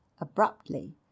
abruptly